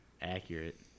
Accurate